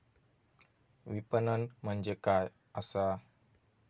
विपणन म्हणजे काय असा?